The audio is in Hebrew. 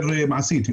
יותר מעשית,